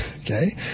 Okay